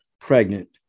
pregnant